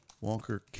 Walker